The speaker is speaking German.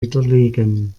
widerlegen